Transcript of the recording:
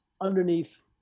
underneath